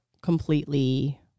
completely